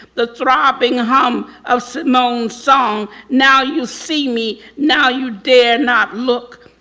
the throbbing hum of symone's song. now you see me, now you dare not look.